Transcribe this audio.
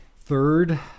Third